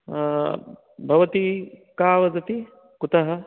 भवती का वदति कुतः